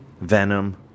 Venom